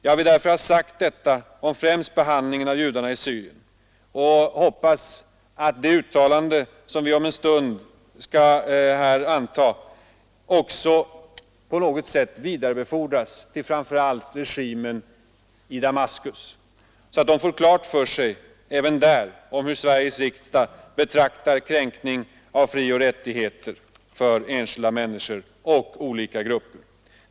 Jag vill därför ha sagt detta om främst behandlingen av judarna i Syrien och hoppas att det uttalande som vi om en stund skall anta vidarebefordras till framför allt regimen i Damaskus, så att man även där får klart för sig hur Sveriges riksdag ser på kränkningar av frioch rättigheter för olika grupper av människor. Herr talman!